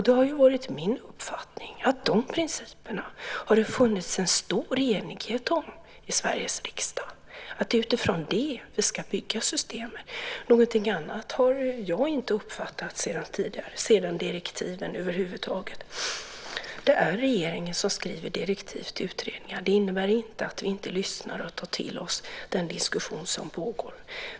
Det har varit min uppfattning att det har funnits en stor enighet om de principerna i Sveriges riksdag, att det är utifrån dem vi ska bygga systemet. Någonting annat har jag inte uppfattat över huvud taget sedan direktiven. Det är regeringen som skriver direktiv till utredningar. Det innebär inte att vi inte lyssnar och tar till oss den diskussion som pågår.